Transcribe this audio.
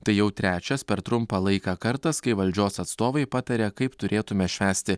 tai jau trečias per trumpą laiką kartas kai valdžios atstovai pataria kaip turėtume švęsti